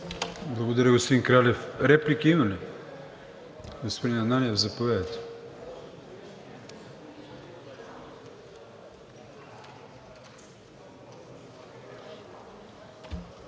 Благодаря Ви, господин Кралев. Реплики има ли? Господин Ананиев, заповядайте.